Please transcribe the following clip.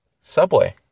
subway